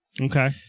Okay